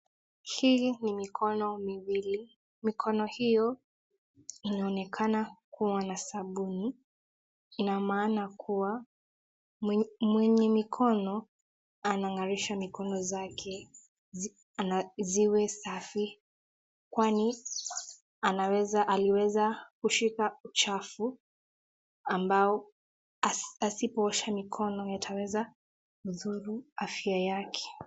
Hii ni mikono miwili. Mikono hiyo inaonekana kuwa na sabuni. Ina maana kuwa, mwenye mikono anang'arisha mikono zake ziwe safi kwani aliweza kushika uchafu ambao asipoosha mikono yataweza mdhuru afya yake.